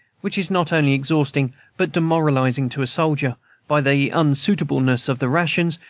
which is not only exhausting but demoralizing to a soldier by the un-suitableness of the rations,